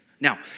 Now